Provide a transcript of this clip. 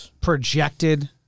projected